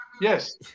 Yes